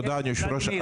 תודה, היושב-ראש.